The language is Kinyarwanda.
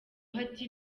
ati